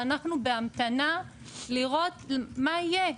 ואנחנו בהמתנה לראות מה יהיה?